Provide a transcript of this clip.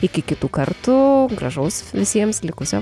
iki kitų kartų gražaus visiems likusio